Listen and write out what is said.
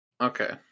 Okay